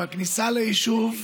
בכניסה ליישוב,